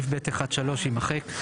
סעיף (ב1)(3) יימחק.